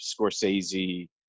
Scorsese